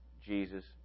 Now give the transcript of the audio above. Jesus